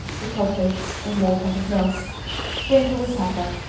the codfish and one cup of milk sprinkle with pepper.